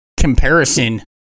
comparison